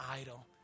idol